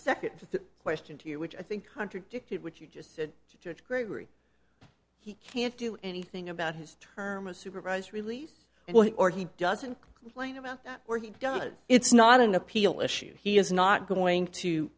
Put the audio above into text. second question to you which i think contradicted what you just said to church gregory he can't do anything about his term of supervised release or he doesn't like or he does it's not an appeal issue he is not going to